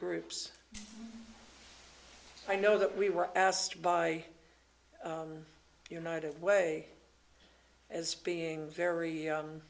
groups i know that we were asked by united way as being very